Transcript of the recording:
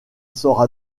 sera